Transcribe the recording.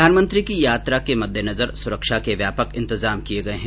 प्रधानमंत्री की यात्रा के मददेनजर सुरक्षा के व्यापक इन्तजाम किये गये हैं